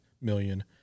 million